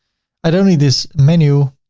i don't need this menu.